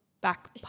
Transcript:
back